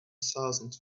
thousand